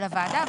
של הוועדה".